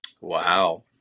Wow